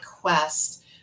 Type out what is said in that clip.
quest